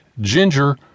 ginger